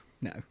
no